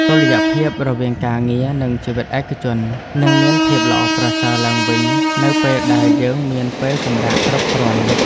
តុល្យភាពរវាងការងារនិងជីវិតឯកជន នឹងមានភាពល្អប្រសើរឡើងវិញ នៅពេលដែលយើងមានពេលសម្រាកគ្រប់គ្រាន់។